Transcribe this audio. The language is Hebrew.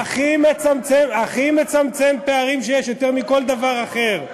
הכי מצמצם פערים שיש, יותר מכל דבר אחר.